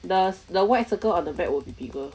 the the white circle on the back will be bigger